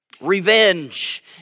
Revenge